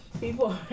People